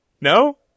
no